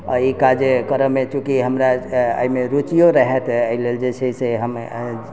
आओर ई काज करऽमे चुकि हमरा अइमे रुचियो रहै तऽ एहि लेल जे छै से हम